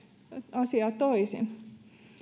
asiaa toisin